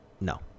No